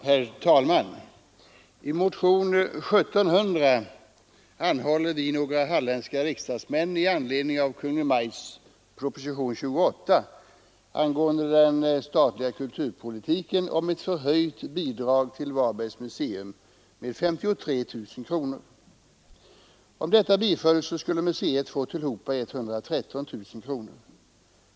Herr talman! I motionen 1700 anhåller vi, några halländska riksdagsmän, i anledning av Kungl. Maj:ts proposition nr 28 angående den statliga kulturpolitiken om ett med 53 000 kronor förhöjt bidrag till Varbergs museum. Om detta bifölls skulle museet få tillhopa 113 000 kronor.